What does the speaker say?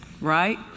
Right